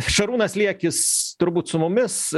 šarūnas liekis turbūt su mumis